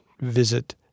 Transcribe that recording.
visit